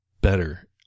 better